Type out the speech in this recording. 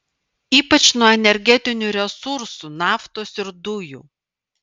ypač nuo energetinių resursų naftos ir dujų